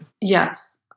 Yes